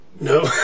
No